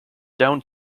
down